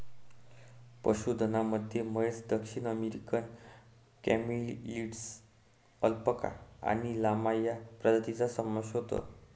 पशुधनामध्ये म्हैस, दक्षिण अमेरिकन कॅमेलिड्स, अल्पाका आणि लामा या प्रजातींचा समावेश होतो